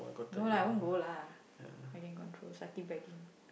no lah I won't go lah I can control suck it back in